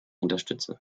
unterstütze